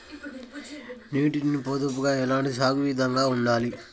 నీటి పొదుపుగా ఎలాంటి సాగు విధంగా ఉండాలి?